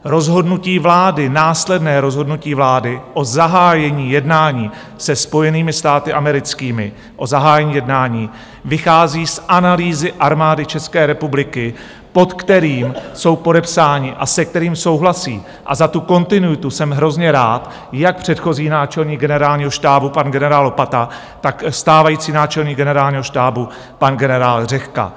Rozhodnutí vlády, následné rozhodnutí vlády, o zahájení jednání se Spojenými státy americkými vychází z analýzy Armády České republiky, pod kterou jsou podepsáni a se kterou souhlasí za tu kontinuitu jsem hrozně rád jak předchozí náčelník generálního štábu pan generál Lopata, tak stávající náčelník generálního štábu pan generál Řehka.